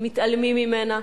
מתעלמים ממנה.